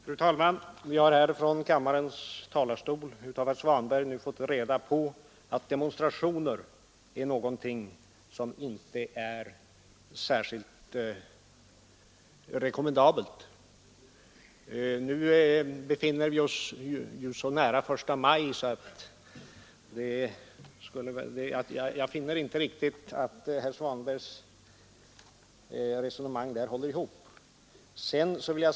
Fru talman! Vi har från kammarens talarstol av herr Svanberg nu fått reda på att demonstrationer är någonting som han inte kan rekommendera. Vi befinner oss nu så nära 1 maj att jag inte kan finna att herr Svanbergs resonemang går ihop.